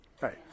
Right